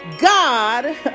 god